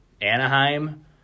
Anaheim